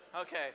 Okay